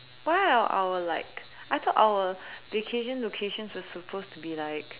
why are our like I thought our vacation location is supposed to be like